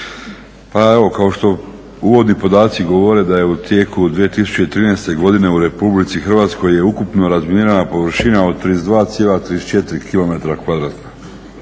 Pa evo kao što uvodni podaci govore da je u tijeku 2013. godine u Republici Hrvatskoj je ukupno razminirana površina od 32,34 km2